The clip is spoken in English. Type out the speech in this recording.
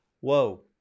whoa